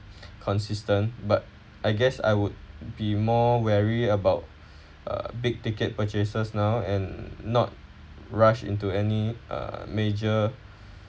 consistent but I guess I would be more wary about uh big ticket purchases now and not rush into any uh major